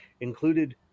included